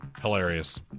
Hilarious